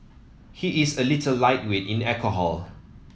he is a little lightweight in alcohol